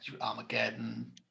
Armageddon